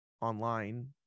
online